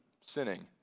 sinning